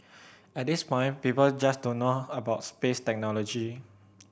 at this point people just don't know about space technology